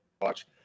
watch